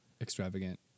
extravagant